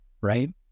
right